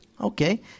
Okay